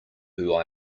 who